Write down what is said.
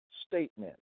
statement